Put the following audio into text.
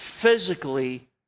physically